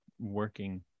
working